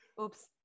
Oops